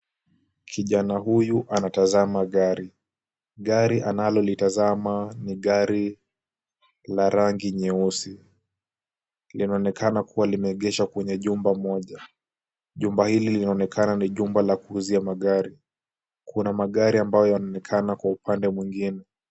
Kijana huyu anatazama gari. Gari analolitazama ni gari la rangi nyeusi. Linaonekana kuwa limeegeshwa kwenye jumba moja. Jumba hili laonekana ni jumba la kuuzia magari. Kuna magari ambayo yanaonekana kwa upande mwingine.